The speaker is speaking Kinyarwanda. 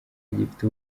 gifite